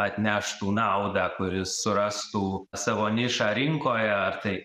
atneštų naudą kuris surastų savo nišą rinkoje ar tai